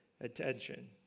attention